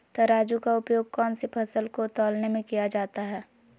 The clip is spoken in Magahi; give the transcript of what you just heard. तराजू का उपयोग कौन सी फसल को तौलने में किया जाता है?